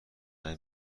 همه